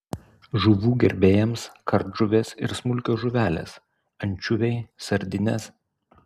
žuvų gerbėjams kardžuvės ir smulkios žuvelės ančiuviai sardinės